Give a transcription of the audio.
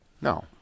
No